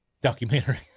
documentary